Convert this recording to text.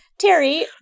Terry